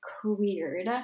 cleared